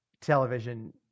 television